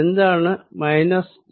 എന്താണ് മൈനസ് ഈ